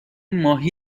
ماهی